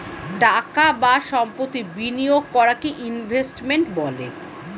টাকা বা সম্পত্তি বিনিয়োগ করাকে ইনভেস্টমেন্ট বলে